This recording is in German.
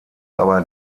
aber